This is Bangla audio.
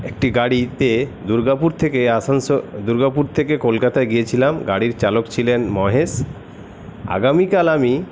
একটি গাড়িতে দুর্গাপুর থেকে আসানসোল দুর্গাপুর থেকে কলকাতা গিয়েছিলাম গাড়ির চালক ছিলেন মহেশ আগামীকাল আমি